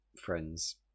Friends